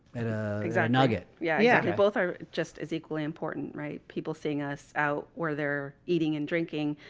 at a nugget. yeah, yeah both are just as equally important, right? people seeing us out where they're eating and drinking,